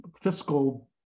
fiscal